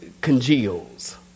congeals